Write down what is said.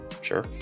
Sure